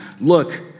Look